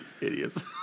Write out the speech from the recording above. Idiots